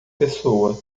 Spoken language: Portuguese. pessoa